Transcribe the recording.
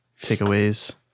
takeaways